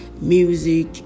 music